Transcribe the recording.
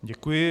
Děkuji.